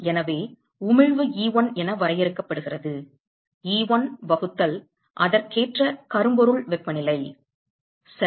எனவே உமிழ்வு E1 என வரையறுக்கப்படுகிறது E1 வகுத்தல் அதற்கேற்ற கரும்பொருள் வெப்பநிலை சரி